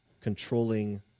controlling